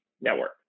network